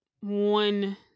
One